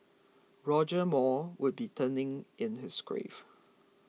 Roger Moore would be turning in his grave